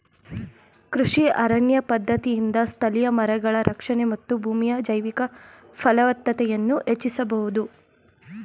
ಕೃಷಿ ಅರಣ್ಯ ಪದ್ಧತಿಯಿಂದ ಸ್ಥಳೀಯ ಮರಗಳ ರಕ್ಷಣೆ ಮತ್ತು ಭೂಮಿಯ ಜೈವಿಕ ಫಲವತ್ತತೆಯನ್ನು ಹೆಚ್ಚಿಸಬೋದು